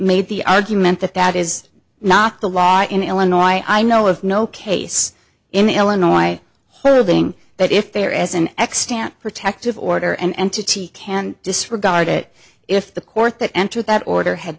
made the argument that that is not the law in illinois i know of no case in illinois holding that if there is an ex stand protective order an entity can disregard it if the court that entered that order had